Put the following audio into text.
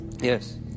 Yes